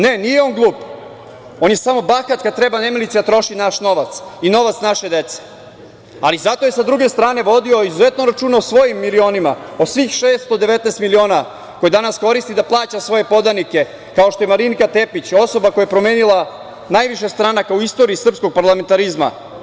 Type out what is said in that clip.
Ne, nije on glup, on je samo bahat kada treba nemilice da troši naš novac i novac naše dece, ali zato je sa druge strane vodio izuzetno računa o svojim milionima, o svojih 619 miliona koje danas koristi da plaća svoje podanike, kao što je Marinika Tepić, osoba koja je promenila najviše stranaka u istoriji srpskog parlamentarizma.